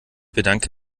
bedanke